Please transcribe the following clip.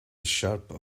sharp